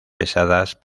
pesadas